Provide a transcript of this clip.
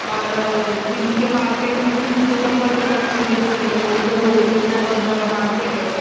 اور دِلی کے مارکیٹ میں بھی جوتے چپل بہت اچھے ملتے بولے وہ اُدھر ہول سیل کا بہت بڑا مارکیٹ ہے